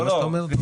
זה מה שאתה אומר?